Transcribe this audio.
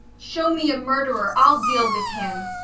show me a murderer, i'll deal with him.